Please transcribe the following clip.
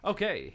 Okay